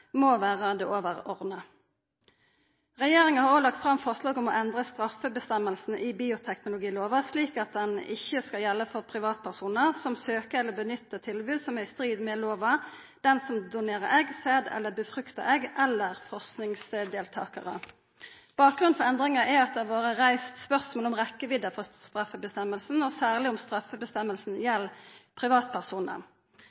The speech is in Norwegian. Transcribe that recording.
må vera det overordna. Regjeringa har òg lagt fram forslag om å endra straffeføresegna i bioteknologilova, slik at ho ikkje skal gjelda for privatpersoner som søkjer eller nyttar tilbod som er i strid med lova, den som donerer egg, sæd eller befrukta egg, eller forskingsdeltakarar. Bakgrunnen for endringa er at det har vore reist spørsmål om rekkjevidda av straffeføresegna og særleg om